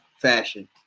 fashion